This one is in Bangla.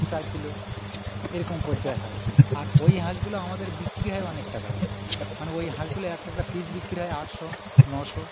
চার কিলো এরকম পর্যায়ে হয় আর ওই হাঁসগুলো আমাদের বিক্রি হয় অনেক টাকা দামে মানে ওই হাঁসগুলো একটা একটা পিস বিক্রি হয় আটশো নশো